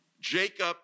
Jacob